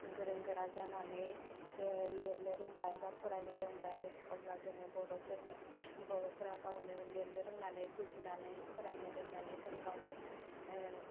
गोरों गोरा जानानै लिरनो रोंबाय बा फरायनो रोंबाय अब्ला जोङो बर'फोरनो बर'फोरा गावनो लिरनो रोंनानै बुजिनानै फरायनो रोंनानै जों गावनि